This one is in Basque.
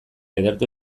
ederto